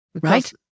right